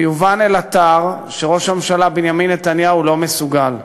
ויובן לאלתר שראש הממשלה בנימין נתניהו לא מסוגל.